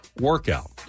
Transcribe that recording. workout